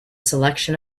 selection